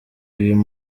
uyu